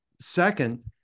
Second